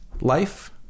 life